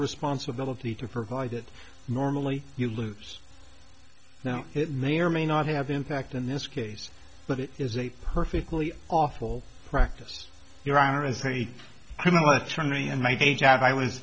responsibility to provide it normally you lose now it may or may not have impact in this case but it is a perfectly awful practice your honor as a criminal attorney in my day job i was